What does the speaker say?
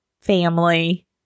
family